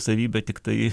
savybę tiktai